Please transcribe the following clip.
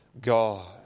God